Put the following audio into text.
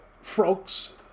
frogs